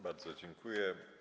Bardzo dziękuję.